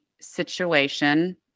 situation